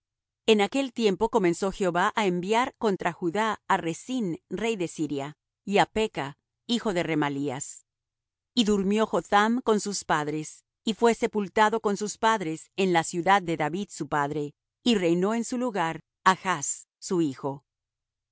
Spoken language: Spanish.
en aquel tiempo comenzó jehová á enviar contra judá á resín rey de siria y á peka hijo de remalías y durmió jotham con sus padres y fué sepultado con sus padres en la ciudad de david su padre y reinó en su lugar achz su hijo